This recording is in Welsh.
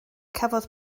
cafodd